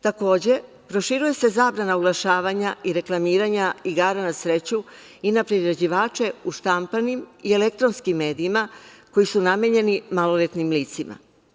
Takođe, proširuje se zabrana oglašavanja i reklamiranja igara na sreću i na prerađivače u štampanim i elektronskim medijima koji su namenjeni maloletnim licima.